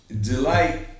Delight